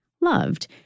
loved